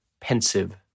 Pensive